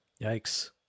Yikes